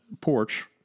Porch